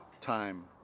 time